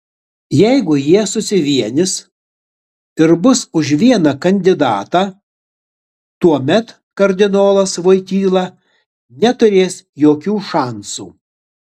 jeigu jie susivienys ir bus už vieną kandidatą tuomet kardinolas voityla neturės jokių šansų